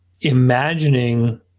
imagining